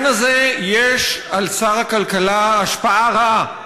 שיש לי תחושה שבעניין הזה יש על שר הכלכלה השפעה רעה,